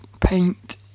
paint